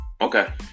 Okay